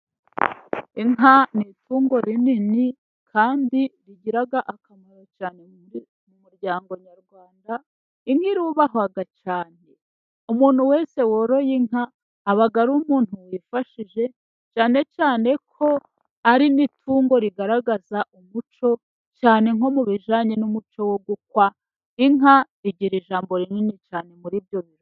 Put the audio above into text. Inka ni itungo rinini kandi rigira akamaro cyane mu muryango nyarwanda. Inka irubahwa cyane umuntu wese woroye inka aba ari umuntu wifashije cyane cyane ko ari n'ifunguro rigaragaza umuco cyane nko mu bijanye n'umuco wo gukwa inka igira ijambo rinini cyane muri ibyo birori.